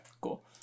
cool